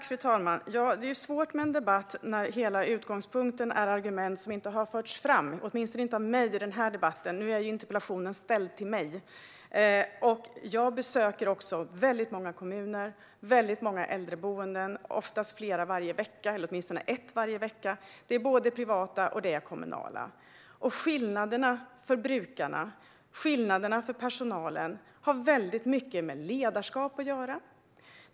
Fru talman! Det är svårt med en debatt när hela utgångspunkten är argument som inte har förts fram, åtminstone inte av mig. Interpellationen är ju ställd till mig. Jag besöker väldigt många kommuner. Jag besöker även många äldreboenden varje vecka, oftast flera och åtminstone ett. Det handlar både om privata och kommunala. Skillnaderna för brukarna och för personalen har mycket med ledarskap att göra.